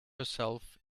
herself